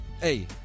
hey